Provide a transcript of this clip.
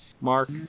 Mark